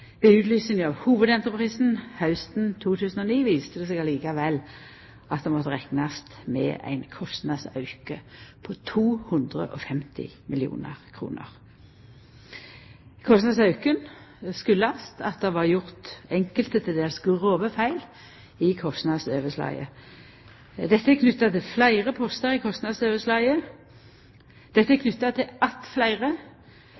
Ved utlysinga av hovudentreprisen hausten 2009 viste det seg likevel at det måtte reknast med ein kostnadsauke på 250 mill. kr. Kostnadsauken kjem av at det var gjort einskilde, til dels grove, feil i kostnadsoverslaget. Dette er knytt til at fleire postar i kostnadsoverslaget var underkalkulerte, m.a. rigg- og byggherrekostnader. Kostnadsoverskridinga er